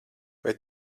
vai